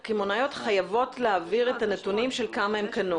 רשתות קמעונאיות חייבות להעביר את הנתונים כמה הם קנו.